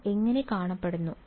അവർ എങ്ങനെ കാണപ്പെടുന്നു